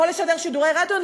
יכול לשדר שידורי רדיו?